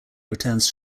returns